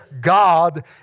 God